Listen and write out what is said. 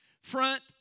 front